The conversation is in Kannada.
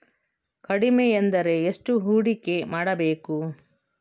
ಕಡಿಮೆ ಎಂದರೆ ಎಷ್ಟು ಹೂಡಿಕೆ ಮಾಡಬೇಕು?